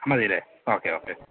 മതി അല്ലേ okay okay